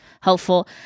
helpful